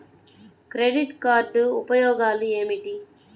Credit card ఉపయోగాలు ఏమిటి?